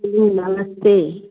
जी नमस्ते